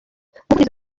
umuvugizi